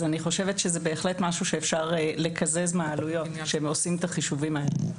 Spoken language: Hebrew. זה בהחלט משהו שאפשר לקזז מהעלויות כאשר עושים את החישובים האלה.